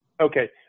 Okay